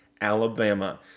Alabama